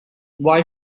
why